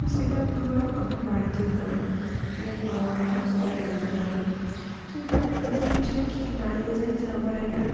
তো সেটার প্রভাব আমার বাড়িতেও পড়ে আমার বাবা মা সবাই জানতে পারে তো এতে জিনিসটা কি দাঁড়িয়ে যায় যে আমার একটা